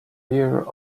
rear